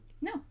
No